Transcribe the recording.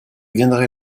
viendrai